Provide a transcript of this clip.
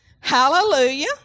Hallelujah